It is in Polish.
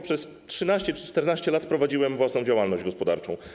Przez 13 czy 14 lat prowadziłem własną działalność gospodarczą.